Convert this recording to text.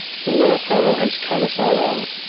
the little fellow has cut us all out.